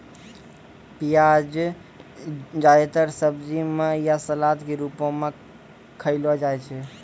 प्याज जादेतर सब्जी म या सलाद क रूपो म खयलो जाय छै